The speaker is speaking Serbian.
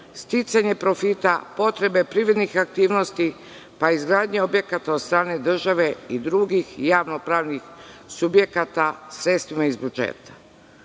sticanje profita, potrebe privrednih aktivnosti, pa i izgradnje objekata od strane države i drugih javno-pravnih subjekata sredstvima iz budžeta. Druga